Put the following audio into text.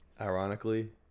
ironically